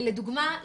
לדוגמה,